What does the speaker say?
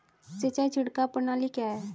सिंचाई छिड़काव प्रणाली क्या है?